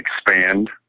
expand